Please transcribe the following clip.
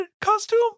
costume